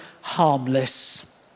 harmless